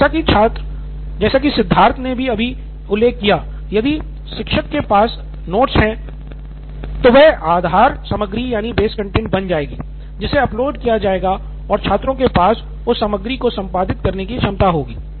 तो जैसा कि सिद्धार्थ ने अभी उल्लेख किया यदि शिक्षक के पास नोट्स है तो वह आधार सामग्री बन जाएगी जिसे अपलोड किया जाएगा और छात्रों के पास उस सामग्री को संपादित करने की क्षमता होगी